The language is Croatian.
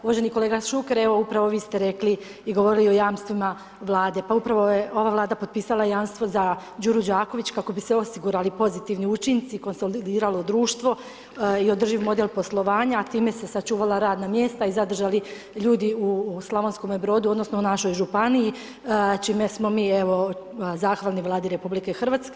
Uvaženi kolega Šuker, evo upravo vi ste rekli i govorili o jamstvima Vlade, pa upravo je ova Vlada potpisala jamstvo za Đuru Đaković kako bi se osigurali pozitivni učinci, konsolidiralo društvo i održiv model poslovanja a time se sačuvala radna mjesta i zadržali ljudi u Slavonskome Brodu, odnosno u našoj županiji čime smo mi evo zahvalni Vladi RH.